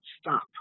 stop